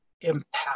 impact